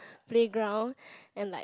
playground and like